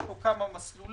יש פה כמה מסלולים.